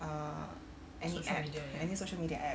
uh any any app any social media app